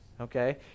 okay